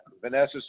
Vanessa